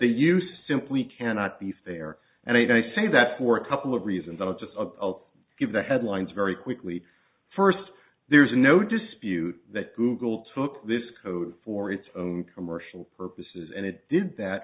they use simply cannot be fair and i say that for a couple of reasons i'll just a pulp give the headlines very quickly first there's no dispute that google took this code for its own commercial purposes and it did that